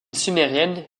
sumérienne